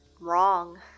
wrong